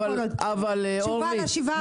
לא, תשובה על ה-7%.